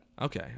Okay